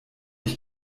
ich